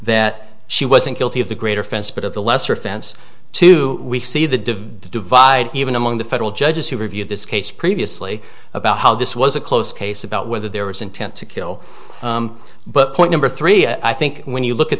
that she wasn't guilty of the greater offense but of the lesser offense two we see the divide the divide even among the federal judges who reviewed this case previously about how this was a close case about whether there was intent to kill but point number three i think when you look at